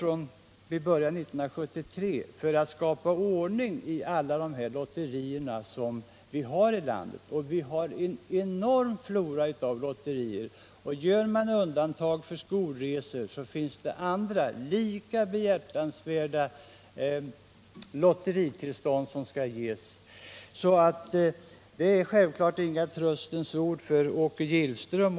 Men dessa regler har tillkommit för att skapa ordning bland alla de lotterier vi har här i landet. Vi har en enorm flora av lotterier. Gör man undantag för skolresor måste man ge lotteritillstånd för andra, lika behjärtansvärda ändamål. Detta är självfallet inga tröstens ord för Åke Gillström.